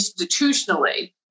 institutionally